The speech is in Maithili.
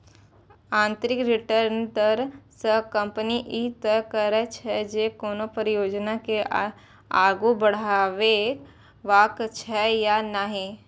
आंतरिक रिटर्न दर सं कंपनी ई तय करै छै, जे कोनो परियोजना के आगू बढ़ेबाक छै या नहि